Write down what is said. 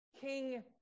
King